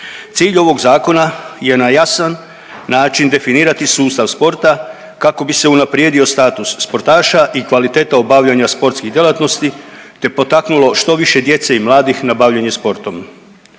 Cilj ovog zakona je na jasan način definirati sustav sporta kako bi se unaprijedio status sportaša i kvaliteta obavljanja sportskih djelatnosti te potaknulo što više djece i mladih na bavljenje sportom.